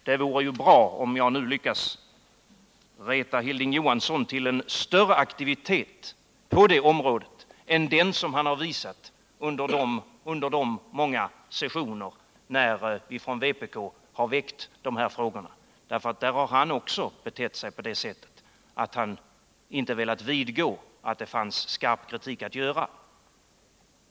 Det vore bra om jag nu lyckas reta Hilding Johansson till en större aktivitet på det området än den han har visat under de många sessioner där vi från vpk har väckt de här frågorna. Där har han också betett sig på det sättet att han inte velat vidgå att det finns anledning att framställa skarp kritik.